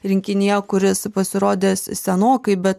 rinkinyje kuris pasirodęs senokai bet